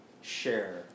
share